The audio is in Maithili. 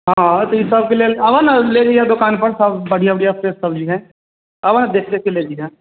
हाँ तऽ ई सबके लेल आबऽ ने लऽ लिहऽ दोकानपर सभ बढ़िआँ बढ़िआँ चीज सभ लिहेँ आबऽ ने देखि देखिकऽ लऽ जइहेँ